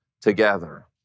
together